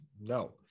no